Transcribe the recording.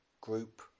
group